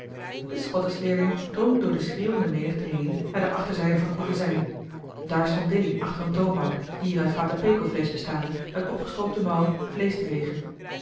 de squatters leerling drong door de schreeuwende menigte heen naar de achterzijde van het magazijn daar stond dilly achter eene toonbank hier uit vaten pekelvleesch bestaande met opgestroopte mouwen vleesch te wegen